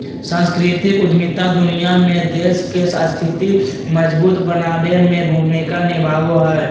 सांस्कृतिक उद्यमिता दुनिया में देश के स्थिति मजबूत बनाबे में भूमिका निभाबो हय